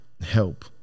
help